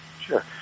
Sure